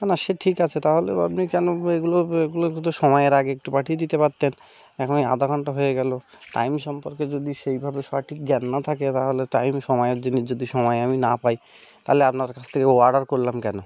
না না সে ঠিক আছে তাহলে আপনি কেন এগুলো এগুলো তো সময়ের আগে একটু পাঠিয়ে দিতে পারতেন এখন এই আধা ঘন্টা হয়ে গেলো টাইম সম্পর্কে যদি সেইভাবে সঠিক জানা না থাকে তাহলে টাইম সময়ের জন্যে যদি সময় আমি না পাই তাহলে আপনার কাছ থেকে অর্ডার করলাম কেন